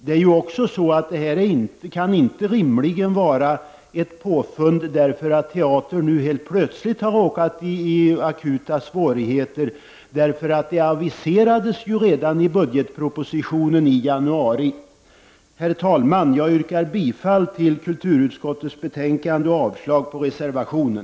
Detta kan rimligen inte vara ett påfund på grund av att teatern nu plötsligt har råkat i akuta svårigheter. Det aviserades nämligen redan i budgetpropositionen i januari. Herr talman! Jag yrkar bifall till hemställan i kulturutskottets betänkande och avslag på reservationen.